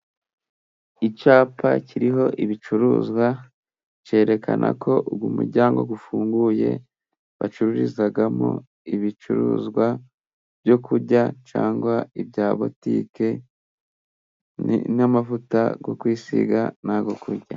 Icyapa kiriho ibicuruzwa, cyerekana ko uyu muryango ufunguye, bacururizamo ibicuruzwa byo kurya cyangwa ibya botike, n'amavuta yo kwisiga ntayo kurya.